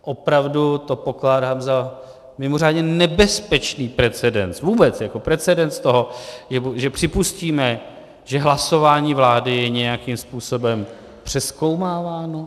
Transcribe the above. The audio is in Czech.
Opravdu to pokládám za mimořádně nebezpečný precedens, vůbec jako precedens toho, že připustíme, že hlasování vlády je nějakým způsobem přezkoumáváno.